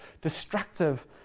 destructive